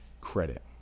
credit